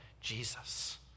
Jesus